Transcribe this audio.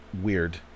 weird